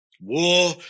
war